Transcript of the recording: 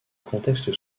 contexte